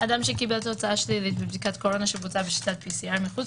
אדם שקיבל תוצאה שלילית בבדיקת קורונה שבוצעה בשיטת pcr מחוץ